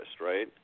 right